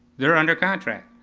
they're under contract.